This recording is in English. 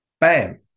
bam